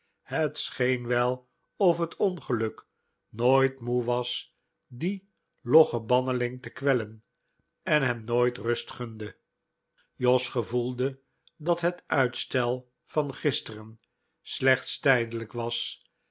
het scheen wel of het ongeluk nooit moe was dien loggen banneling te kwellen en hem nooit rust gunde jos gevoelde dat het uitstel van gisteren slechts tijdelijk was